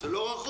זה לא רחוק.